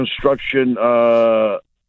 construction